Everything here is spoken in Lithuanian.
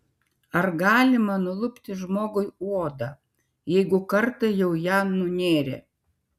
ar galima nulupti žmogui odą jeigu kartą jau ją nunėrė